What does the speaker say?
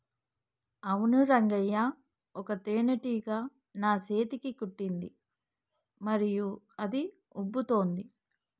అవును రంగయ్య ఒక తేనేటీగ నా సేతిని కుట్టింది మరియు అది ఉబ్బుతోంది